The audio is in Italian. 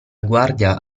guardia